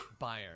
Bayern